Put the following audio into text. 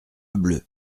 bleue